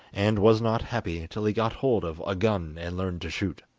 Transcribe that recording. and was not happy till he got hold of a gun and learned to shoot.